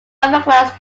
fibreglass